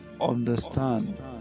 understand